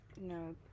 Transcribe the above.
No